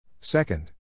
Second